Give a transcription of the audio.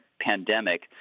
pandemic